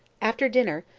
after dinner,